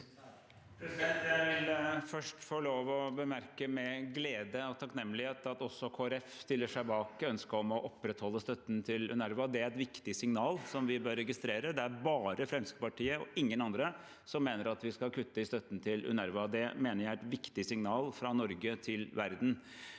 Jeg vil først få lov til å bemerke med glede og takknemlighet at også Kristelig Folkeparti stiller seg bak ønsket om å opprettholde støtten til UNRWA. Det er et viktig signal vi bør registrere. Det er bare Fremskrittspartiet, ingen andre, som mener at vi skal kutte i støtten til UNRWA. Det mener jeg er et viktig signal fra Norge til verden.